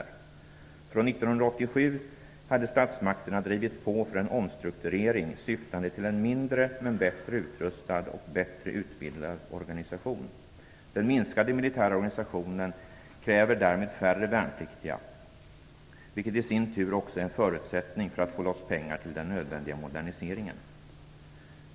Från 1987 hade statsmakterna drivit på för en omstrukturering syftande till en mindre men bättre utrustad och bättre utbildad organisation. Den minskade militära organisationen kräver därmed färre värnpliktiga, vilket i sin tur också är en förutsättning för att få loss pengar till den nödvändiga moderniseringen.